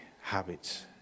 habits